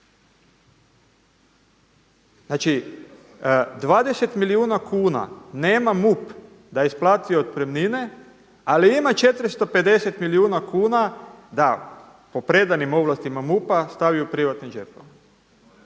Znači 20 milijuna kuna nema MUP da isplati otpremnine ali ima 450 milijuna kuna da po predanim ovlastima MUP-a stavi u privatne džepove.